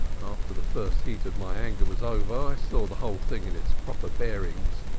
after the first heat of my anger was over, i saw the whole thing in its proper bearings.